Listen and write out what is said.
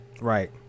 Right